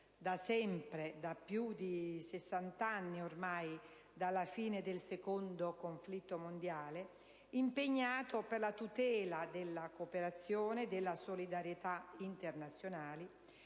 da sempre (da più di sessant'anni ormai, dalla fine del secondo conflitto mondiale) impegnato per la tutela della cooperazione e della solidarietà internazionali